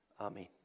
Amen